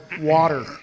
water